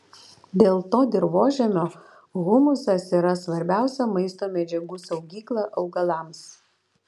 dėl to dirvožemio humusas yra svarbiausia maisto medžiagų saugykla augalams